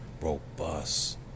robust